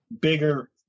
bigger